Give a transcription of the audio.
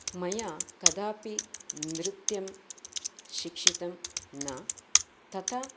माया कदापि नृत्यं शिक्षितं न तथा